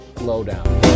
Lowdown